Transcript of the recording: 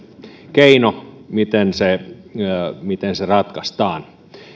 keino miten se miten se ratkaistaan